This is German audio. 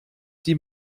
die